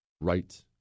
right